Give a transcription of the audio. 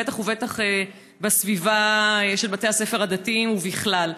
בטח ובטח בסביבה של בתי הספר הדתיים ובכלל.